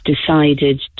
decided